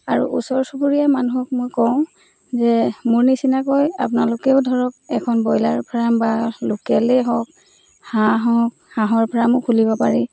আৰু ওচৰ চুবুৰীয়া মানুহক মই কওঁ যে মোৰ নিচিনাকৈ আপোনালোকেও ধৰক এখন ব্ৰইলাৰ ফাৰ্ম বা লোকেলেই হওক হাঁহ হওক হাঁহৰ ফাৰ্মো খুলিব পাৰি